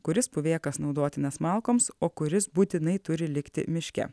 kuris puvėkas naudotinas malkoms o kuris būtinai turi likti miške